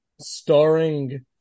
Starring